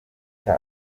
guta